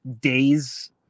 days